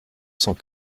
cent